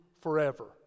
forever